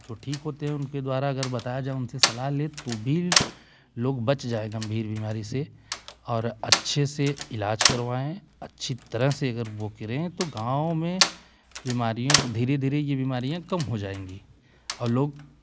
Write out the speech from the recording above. जो ठीक होते हैं उनके द्वारा अगर बताया जाए उनसे सलाह ले तो भी लोग बच जाएं गंभीर बीमारी से और अच्छे से इलाज करवाएँ अच्छी तरह से अगर वो करें तो गाँव में बीमारियों धीरे धीरे ये बीमारियाँ कम हो जाएंगी और लोग